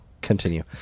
continue